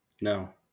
No